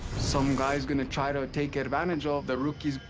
some guys gonna try to take advantage ah of the rookies.